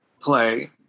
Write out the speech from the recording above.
play